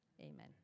Amen